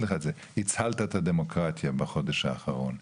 לך את זה - הצלת את הדמוקרטיה בחודש האחרון.